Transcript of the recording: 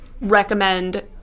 recommend